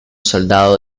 soldado